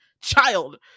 Child